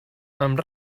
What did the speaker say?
amb